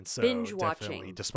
Binge-watching